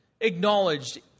acknowledged